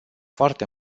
foarte